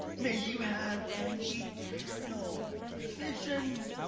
may you have an eternal vision,